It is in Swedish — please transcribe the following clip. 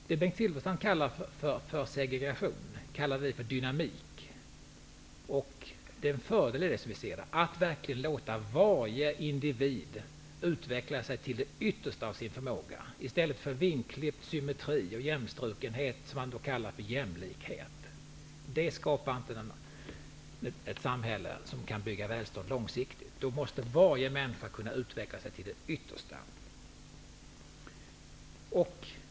Det Bengt Silfverstrand kallar för segregation kallar vi för dynamik. Det är som vi ser det en fördel att verkligen låta varje individ utveckla sig till det yttersta av sin förmåga, i stället för vingklippt symmetri och jämnstrukenhet, som man kallar för jämlikhet. Det skapar inte ett samhälle som kan bygga välstånd långsiktigt. Varje människa måste kunna utveckla sig till det yttersta.